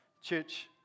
Church